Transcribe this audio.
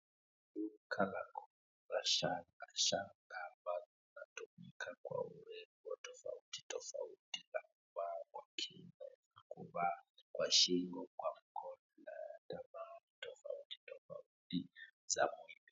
Duka la kuuza shanga, shanga ambazo zinatumika kwa urembo tofautitofauti, za kuvaa kwa kichwa, za kuvaa kwa shingo, kwa mkono na hata mahali tofautitofauti za mwili.